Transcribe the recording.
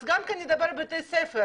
אז שגם ידבר על בתי ספר.